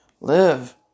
Live